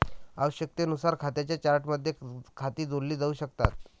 आवश्यकतेनुसार खात्यांच्या चार्टमध्ये खाती जोडली जाऊ शकतात